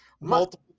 multiple